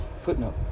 Footnote